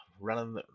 running